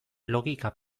logika